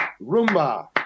Roomba